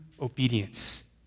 obedience